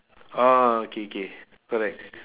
ah K K correct